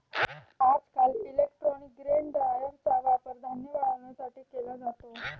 आजकाल electronic grain ड्रायरचा वापर धान्य वाळवण्यासाठी केला जातो